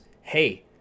hey